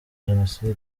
jenoside